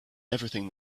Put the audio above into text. everything